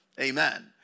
Amen